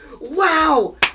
Wow